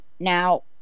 Now